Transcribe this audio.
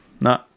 No